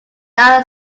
are